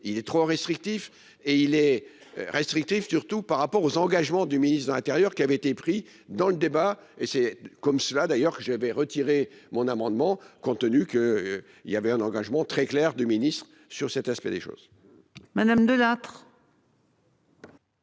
il est trop restrictif et il est. Restrictif surtout par rapport aux engagements du ministre de l'Intérieur qui avait été pris dans le débat et c'est comme cela d'ailleurs que je vais retirer mon amendement compte tenu qu'. Il y avait un engagement très clair du ministre sur cet aspect des choses.